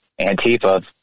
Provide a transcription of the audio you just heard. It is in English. Antifa